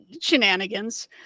shenanigans